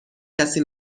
کسی